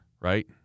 right